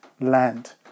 land